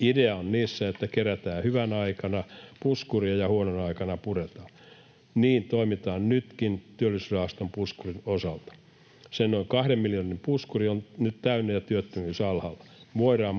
Idea niissä on, että kerätään hyvänä aikana puskuria ja huonona aikana puretaan. Niin toimitaan nytkin Työllisyysrahaston puskurin osalta. Se noin kahden miljardin puskuri on nyt täynnä ja työttömyys alhaalla. Voidaan